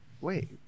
Wait